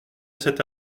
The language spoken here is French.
cet